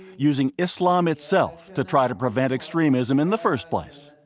using islam itself to try to prevent extremism in the first place.